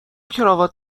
کراوات